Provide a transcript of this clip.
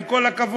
עם כל הכבוד.